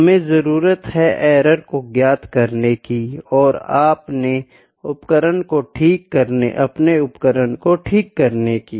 हमे जरुरत है एरर को ज्ञात करनी की और आपने उपकरण को ठीक करने की